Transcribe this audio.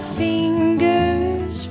fingers